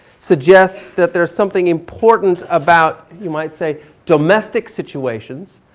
suggests that there's something important about, you might say domestic situations.